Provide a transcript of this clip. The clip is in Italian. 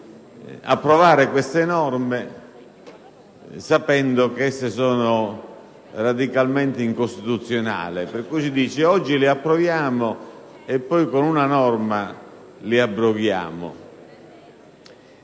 approvare queste norme sapendo che esse sono radicalmente incostituzionali. Si dice: oggi le approviamo e poi con una norma le abroghiamo.